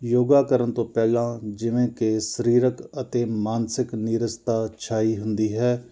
ਯੋਗਾ ਕਰਨ ਤੋਂ ਪਹਿਲਾਂ ਜਿਵੇਂ ਕਿ ਸਰੀਰਕ ਅਤੇ ਮਾਨਸਿਕ ਨੀਰਸਤਾ ਛਾਈ ਹੁੰਦੀ ਹੈ